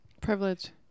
Privilege